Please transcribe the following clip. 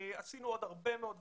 עשינו עוד הרבה מאוד דברים.